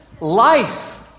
Life